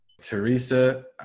teresa